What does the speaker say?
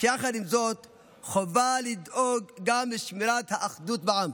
אך יחד עם זאת, חובה לדאוג גם לשמירת האחדות בעם.